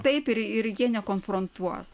taip ir ir jie nekonfrontuos